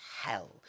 hell